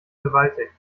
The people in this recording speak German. gewaltig